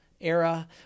era